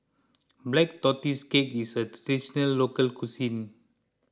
Black Tortoise Cake is a Traditional Local Cuisine